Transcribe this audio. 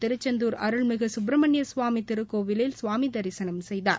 திருச்செந்தூர் அருள்மிகுசுப்பிரமணியசுவாமிதிருக்கோயிலில் சுவாமிதரிசனம் செய்தார்